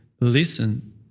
listen